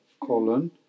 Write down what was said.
colon